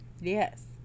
Yes